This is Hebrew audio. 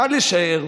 קל לשער,